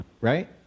right